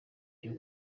byo